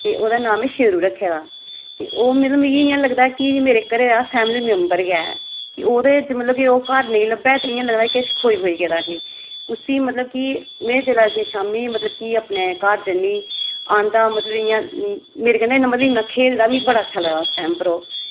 ते ओह्दा नां में शेरू रक्खे दा ते ओह् मतलब मिगी इ'यां लगदा ऐ कि एह मेरे घरै दा फैमिली मेम्बर गै ऐ कि ओह्दे कि मतलब कि ओह् घर नेईं लब्भै तां इ'यां लगदा कि किश खोई खोई गेदा उठी उसी मतलब कि में जेल्लै उसी शामीं मतलब कि अपने घर जन्नी आंह्दा मतलब इ'यां मेरे कन्नै मतलब इन्ना खेढदा मिगी बड़ा अच्छा लगदा उस टैम पर ओह्